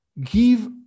give